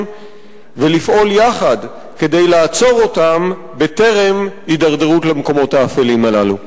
ולפעול יחד כדי לעצור אותם טרם ההידרדרות למקומות האפלים הללו.